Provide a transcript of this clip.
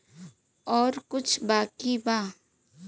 और कुछ बाकी बा?